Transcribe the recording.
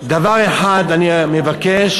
דבר אחד אני מבקש,